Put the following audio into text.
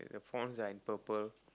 the fonts are in purple